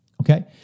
okay